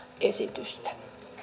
esitystä